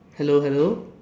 hello hello